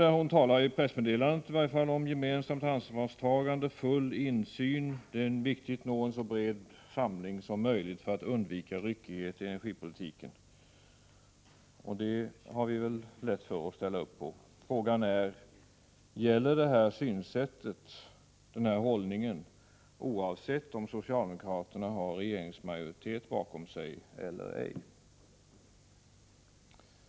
I pressmeddelandet talar hon om gemensamt ansvarstagande, full insyn, att det är viktigt att nå en så bred samling som möjligt för att undvika ryckighet i energipolitiken. Detta har vi lätt att ställa upp på. Frågan är: Gäller detta synsätt och denna hållning oavsett om socialdemokraterna har regeringsmajoritet bakom sig eller ej?